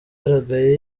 yagaragaye